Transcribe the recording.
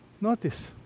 notice